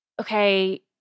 okay